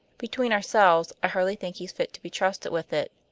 between ourselves, i hardly think he's fit to be trusted with it.